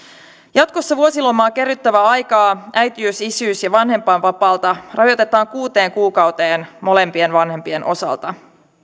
jatkossa vuosilomaa kerryttävää aikaa äitiys isyys ja vanhempainvapaalta rajoitetaan kuuteen kuukauteen molempien vanhempien osalta